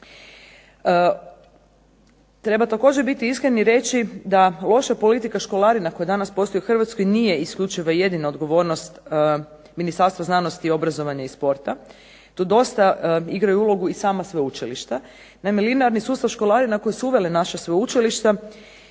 Treba također biti iskren i reći da loša politika školarina koja danas postoji u Hrvatskoj nije isključivo i jedina odgovornost Ministarstva znanosti, obrazovanja i sporta. Tu dosta igraju ulogu i sama sveučilišta. Naime, linearni sustav školarina koje su uvele naša sveučilišta